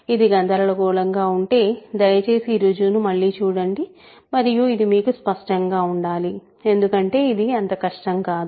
ఇది గందరగోళంగా ఉంటే దయచేసి ఈ రుజువును మళ్ళీ చూడండి మరియు ఇది మీకు స్పష్టంగా ఉండాలి ఎందుకంటే ఇది అంత కష్టం కాదు